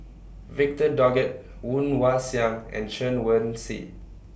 Victor Doggett Woon Wah Siang and Chen Wen Hsi